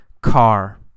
car